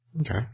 Okay